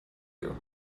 you